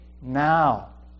now